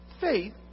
faith